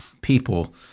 people